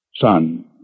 Son